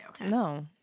No